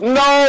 no